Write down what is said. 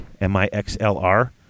M-I-X-L-R